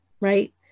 right